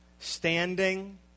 standing